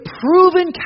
proven